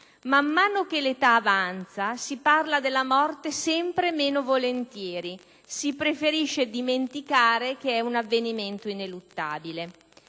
Man mano che l'età avanza, si parla della morte sempre meno volentieri, si preferisce dimenticare che è un avvenimento ineluttabile.